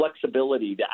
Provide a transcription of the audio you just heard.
flexibility